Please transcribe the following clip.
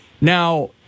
Now